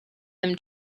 them